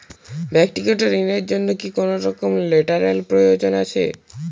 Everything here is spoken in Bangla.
ব্যাক্তিগত ঋণ র জন্য কি কোনরকম লেটেরাল প্রয়োজন আছে?